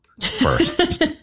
first